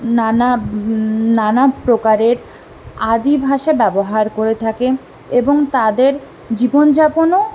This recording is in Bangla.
নানা নানা প্রকারের আদি ভাষা ব্যবহার করে থাকে এবং তাদের জীবনযাপনও